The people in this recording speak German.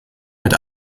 mit